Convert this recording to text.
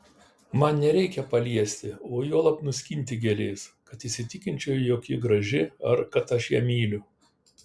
man nereikia paliesti o juolab nuskinti gėlės kad įsitikinčiau jog ji graži ar kad aš ją myliu